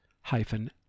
hyphen